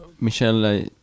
Michelle